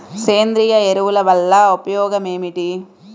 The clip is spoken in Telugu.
సేంద్రీయ ఎరువుల వల్ల ఉపయోగమేమిటీ?